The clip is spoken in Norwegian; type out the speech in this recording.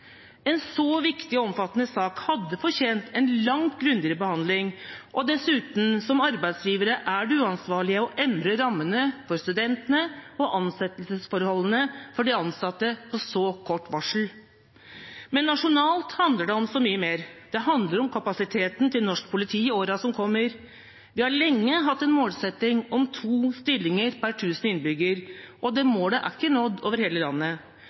En så viktig og omfattende sak hadde fortjent en langt grundigere behandling, og dessuten, som arbeidsgivere, er det uansvarlig å endre rammene for studentene og ansettelsesforholdene for de ansatte på så kort varsel. Nasjonalt handler det om så mye mer. Det handler om kapasiteten til norsk politi i årene som kommer. Vi har lenge hatt en målsetting om to stillinger per tusen innbyggere, og det målet er ikke nådd over hele landet.